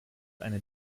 eine